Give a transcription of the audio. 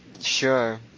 Sure